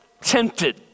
tempted